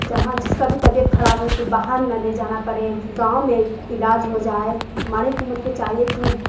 جہاں جس کا بھی طبیعت خراب ہو تو باہر نہ لے جانا پڑے گاؤں میں علاج ہو جائے ہمارے حکومت کو چاہیے کہ